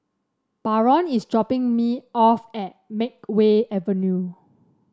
Baron is dropping me off at Makeway Avenue